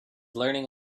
learning